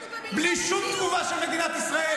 אנחנו במלחמה, אנחנו במלחמת קיום,